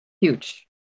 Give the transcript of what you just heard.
Huge